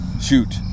shoot